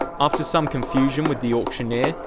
after some confusion with the auctioneer,